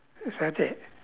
is that it